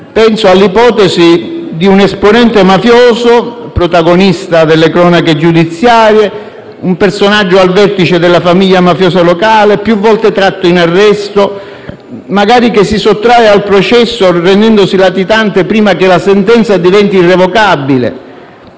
Penso all'ipotesi di un esponente mafioso, protagonista delle cronache giudiziarie, un personaggio al vertice della famiglia mafiosa locale, più volte tratto in arresto, che magari si sottrae al processo rendendosi latitante prima che la sentenza diventi irrevocabile,